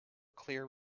clear